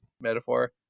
metaphor